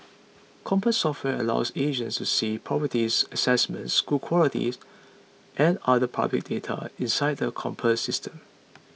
compass software allows agents to see properties assessments school quality and other public data inside the Compass System